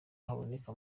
haboneka